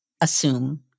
assume